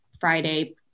Friday